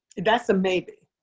that's a maybe.